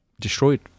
destroyed